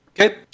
Okay